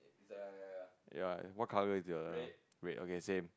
ya what colour is your red okay same